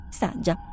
saggia